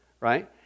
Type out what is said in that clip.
right